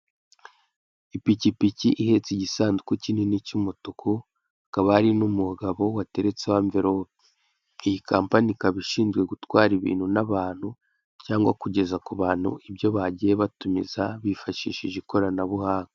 Ipikipiki ihetse igisanduku kinini cy'umutuku hakaba hari n'umugabo wateretseho amvirope iyi kompanyi ikaba ishinzwe gutwara ibintu n'abantu cyangwa kugeza ku bantu ibyo bagiye batumiza bifashishije ikoranabuhanga.